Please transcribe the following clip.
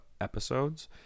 episodes